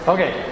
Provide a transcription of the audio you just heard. Okay